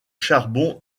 charbon